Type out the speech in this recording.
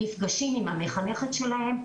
נפגשים עם המחנכת שלהם.